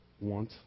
want